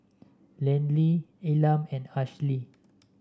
Landyn Elam and Ashlea